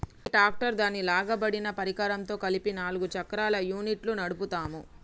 గీ tractor దాని లాగబడిన పరికరంతో కలిపి నాలుగు చక్రాల యూనిట్ను నడుపుతాము